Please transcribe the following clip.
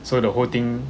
so the whole thing